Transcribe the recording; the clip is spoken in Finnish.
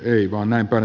arvoisa puhemies